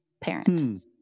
parent